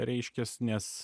reiškias nes